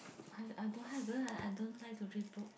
I I don't have because I don't like to read book